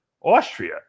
Austria